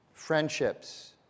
Friendships